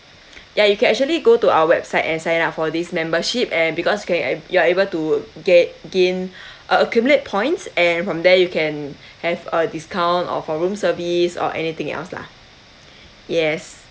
ya you can actually go to our website and sign up for this membership and because you can you are able to get gain uh accumulate points and from there you can have a discount of our room service or anything else lah yes